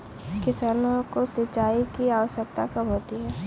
किसानों को सिंचाई की आवश्यकता कब होती है?